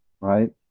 Right